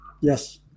Yes